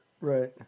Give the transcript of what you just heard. Right